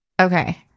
okay